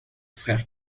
frère